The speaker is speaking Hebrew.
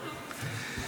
כן.